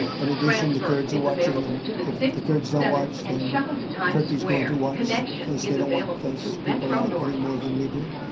and addition, the kurds are watching. and if the kurds don't watch, then turkey is going to watch because they don't want those people out any more than we do.